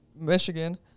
Michigan